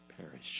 Perish